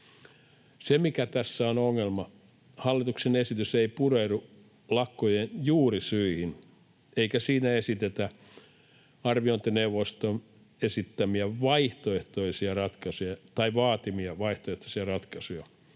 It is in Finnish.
Ongelma tässä on se, että hallituksen esitys ei pureudu lakkojen juurisyihin, eikä siinä esitetä arviointineuvoston vaatimia vaihtoehtoisia ratkaisuja, kuten vain sanktioiden korottamisia